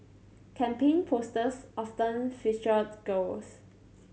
campaign posters often featured girls